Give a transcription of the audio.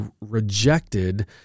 rejected